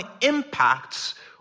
impacts